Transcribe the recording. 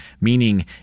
meaning